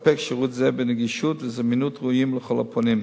לספק שירות זה בנגישות וזמינות ראויות לכל הפונים.